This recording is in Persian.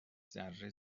ذره